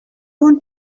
want